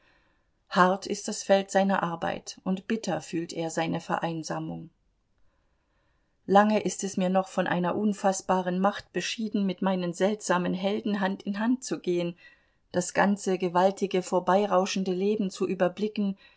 hart ist das feld seiner arbeit und bitter fühlt er seine vereinsamung lange ist es mir noch von einer unfaßbaren macht beschieden mit meinen seltsamen helden hand in hand zu gehen das ganze gewaltige vorbeirauschende leben zu überblicken